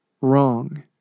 Wrong